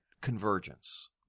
convergence